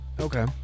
Okay